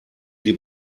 die